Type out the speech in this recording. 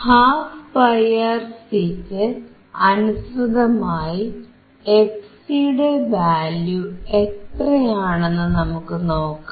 12πRC ന് അനുസൃതമായി fc യുടെ വാല്യൂ എത്രയാണെന്ന് നമുക്കു നോക്കാം